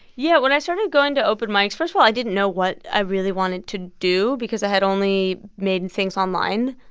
yeah. when i started going to open mics, first of all, i didn't know what i really wanted to do because i had only made things online.